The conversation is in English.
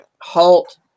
halt